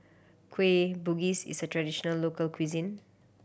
Kueh Bugis is a traditional local cuisine